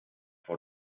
for